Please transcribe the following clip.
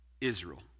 Israel